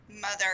mother